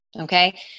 Okay